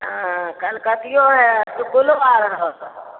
हँ कलकतिओ हए सुक्कुलो आर भऽ सकत